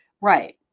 Right